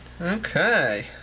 Okay